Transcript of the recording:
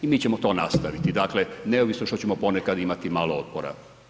I mi ćemo to nastaviti, dakle neovisno što ćemo ponekad imati malo otpora.